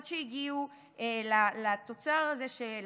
עד שהגיעו לתוצר הזה של